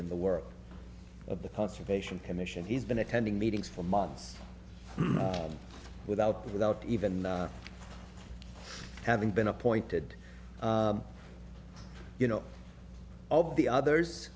in the work of the conservation commission he's been attending meetings for months without without even having been appointed you know of the others